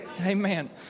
Amen